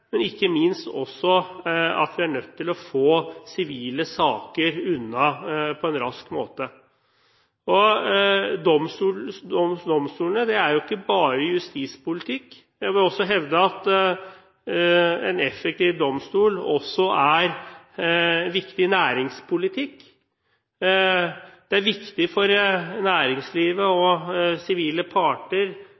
ikke minst fordi vi er nødt til å få sivile saker unna på en rask måte. Domstolene er ikke bare justispolitikk. Jeg vil hevde at en effektiv domstol også er viktig næringspolitikk. Det er viktig for næringslivet og